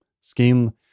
skin